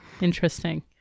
Interesting